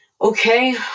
okay